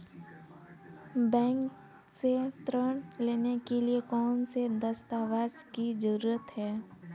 Bank से ऋण लेने के लिए कौन से दस्तावेज की जरूरत है?